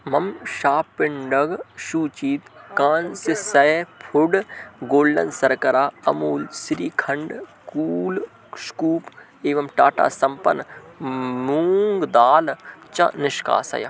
मम शाप्पिण्डग् सूचीत कान्सिसैर् फुड् गोल्डन् सर्करा अमूल् सिरिखण्ड् कूल् श्कूप् एवं टाटा सम्पन् मूङ्ग् दाल् च निष्कासय